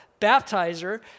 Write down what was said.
baptizer